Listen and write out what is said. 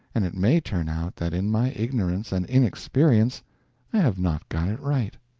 and it may turn out that in my ignorance and inexperience i have not got it right.